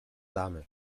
damy